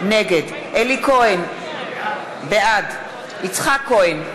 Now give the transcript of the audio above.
נגד אלי כהן, בעד יצחק כהן,